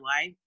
life